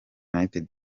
united